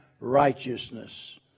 righteousness